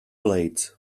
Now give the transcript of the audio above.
blades